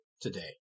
today